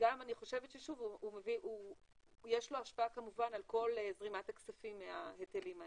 יש לו השפעה כמובן על כל זרימת הכספים מההיטלים האלה.